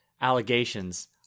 allegations